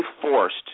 forced